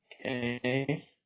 Okay